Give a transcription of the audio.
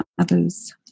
other's